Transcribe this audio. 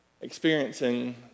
experiencing